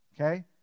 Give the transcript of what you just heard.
okay